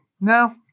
no